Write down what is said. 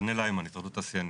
נתנאל היימן, התאחדות התעשיינים.